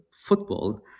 football